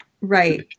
Right